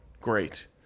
great